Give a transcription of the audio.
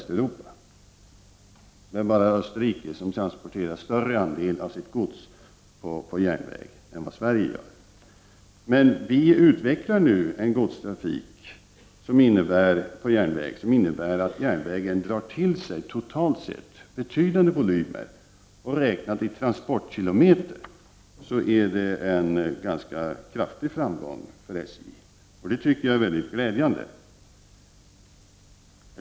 Det är bara Österrike som transporterar större andel av sitt gods på järnväg än vad Sverige gör. Vi utvecklar nu en godstrafik på järnväg som innebär att järnvägen totalt sett drar till sig betydande volymer. Räknat i transportkilometer är det en ganska kraftig framgång för SJ. Det tycker jag är mycket glädjande.